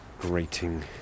grating